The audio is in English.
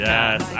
Yes